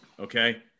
Okay